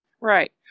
Right